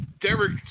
Derek